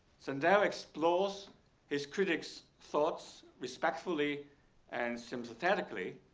sandel explores his critics thoughts respectfully and sympathetically.